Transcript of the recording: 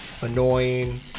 annoying